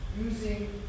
Using